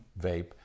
vape